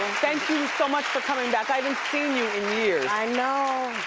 thank you so much for coming back. i haven't seen you in years. i know.